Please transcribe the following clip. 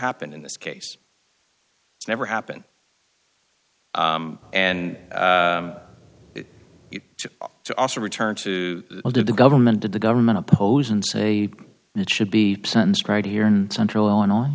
happened in this case it's never happened and to also return to the government did the government oppose and say it should be sentenced right here in central illinois